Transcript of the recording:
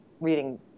reading